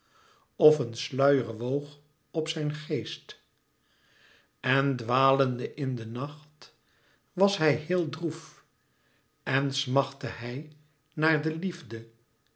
of een sluier woog op zijn geest en dwalende in de nacht was hij heel droef en smachtte hij naar de liefde